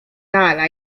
dala